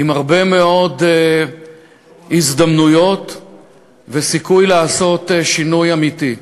עם הרבה מאוד הזדמנויות וסיכוי לעשות שינוי אמיתי.